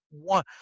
one